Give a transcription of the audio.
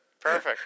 Perfect